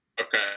Okay